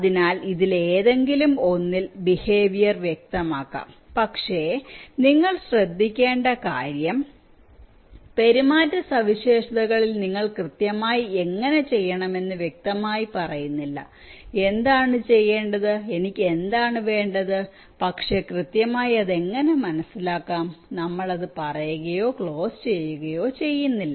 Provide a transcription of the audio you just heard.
അതിനാൽ ഇതിലേതെങ്കിലും ഒന്നിൽ ബിഹേവിയർ വ്യക്തമാക്കാം പക്ഷേ നിങ്ങൾ ശ്രദ്ധിക്കേണ്ട കാര്യം പെരുമാറ്റ സവിശേഷതകളിൽ നിങ്ങൾ കൃത്യമായി എങ്ങനെ ചെയ്യണമെന്ന് വ്യക്തമായി പറയുന്നില്ല എന്താണ് ചെയ്യേണ്ടത് എനിക്ക് എന്താണ് വേണ്ടത് പക്ഷേ കൃത്യമായി അത് എങ്ങനെ മനസ്സിലാക്കാം നമ്മൾ അത് പറയുകയോ ക്ലോസ് ചെയ്യുകയോ ചെയ്യുന്നില്ല